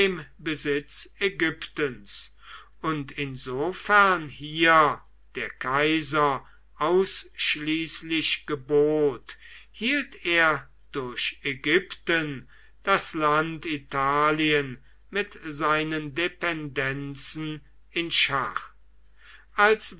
besitz ägyptens und insofern hier der kaiser ausschließlich gebot hielt er durch ägypten das land italien mit seinen dependenzen in schach als